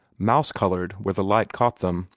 mouse-colored where the light caught them,